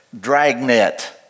dragnet